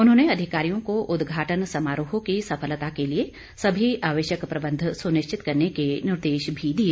उन्होंने अधिकारियों को उदघाटन समारोह की सफलता के लिए सभी आवश्यक प्रबन्ध सुनिश्चित करने के निर्देश भी दिए